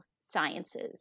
sciences